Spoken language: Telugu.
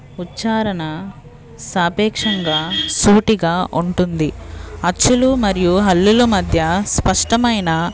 ఉచ్చారణ సాపేక్షంగా సూటిగా ఉంటుంది అచ్చులు మరియు హల్లుల మధ్య స్పష్టమైన